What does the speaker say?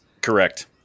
Correct